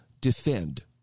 defend